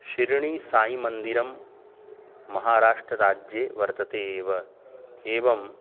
शिरणीसायिमन्दिरं महाराष्ट्रराज्ये वर्तते एव एवं